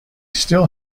still